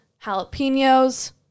jalapenos